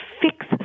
fix